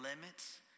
limits